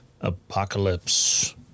apocalypse